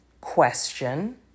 question